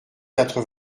quatre